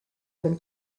del